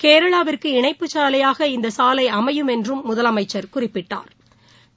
கேரளாவிற்கு இணைப்பு சாலையாக இந்த சாலை அமையும் என்றும் முதலமைச்சா் குறிப்பிட்டாா்